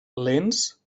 lents